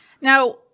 Now